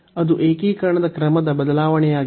ಅದು ಏಕೀಕರಣದ ಕ್ರಮದ ಬದಲಾವಣೆಯಾಗಿದೆ